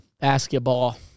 Basketball